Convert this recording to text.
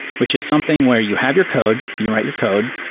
which is something where you have your code, you write your code,